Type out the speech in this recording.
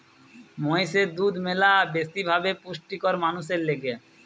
মহিষের দুধ ম্যালা বেশি ভাবে পুষ্টিকর মানুষের লিগে